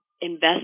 invest